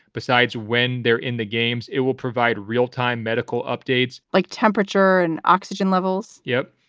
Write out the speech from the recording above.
besides, when they're in the games, it will provide real time medical updates like temperature and oxygen levels yep,